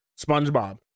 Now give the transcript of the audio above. Spongebob